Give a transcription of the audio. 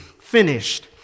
finished